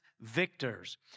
victors